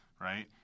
right